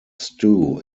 stew